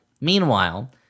Meanwhile